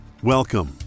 Welcome